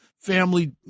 family